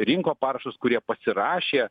rinko parašus kurie pasirašė